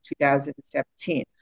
2017